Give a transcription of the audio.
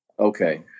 Okay